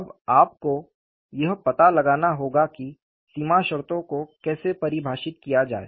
अब आपको यह पता लगाना होगा कि सीमा शर्तों को कैसे परिभाषित किया जाए